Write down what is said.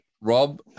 Rob